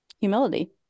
Humility